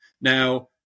Now